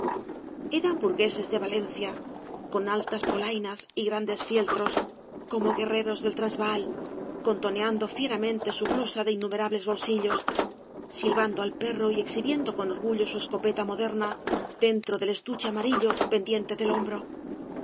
eran burgueses de valencia con altas polainas y grandes fieltros como guerreros del transvaal contoceando fieramente su blusa de innumerables bolsillos silbando al perro y exhibiendo con orgullo su escopeta moderna dentro del estuche amarillo pendiente del hombro